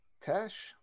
Tesh